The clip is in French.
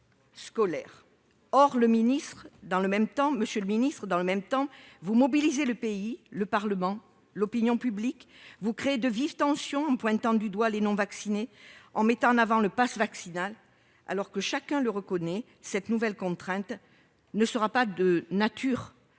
le ministre, dans le même temps, vous mobilisez le pays, le Parlement et l'opinion publique. Vous créez de vives tensions en pointant du doigt les non-vaccinés et en mettant en avant le passe vaccinal, alors que- chacun le reconnaît -cette nouvelle contrainte ne sera pas de nature